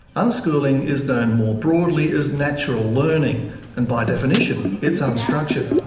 unschooling is known more broadly as natural learning and by definition it's unstructured.